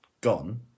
gone